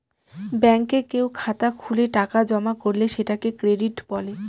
ব্যাঙ্কে কেউ খাতা খুলে টাকা জমা করলে সেটাকে ক্রেডিট বলে